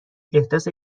احداث